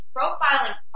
Profiling